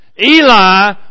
Eli